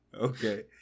Okay